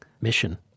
mission